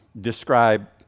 describe